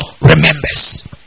remembers